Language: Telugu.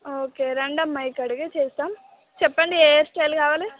ఓకే రండి అమ్మ ఇక్కడికి చేస్తాం చెప్పండి ఏ హెయిర్ స్టైల్ కావాలి